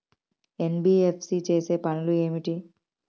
NBFC చేసే పనులు ఏమిటి?